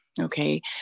okay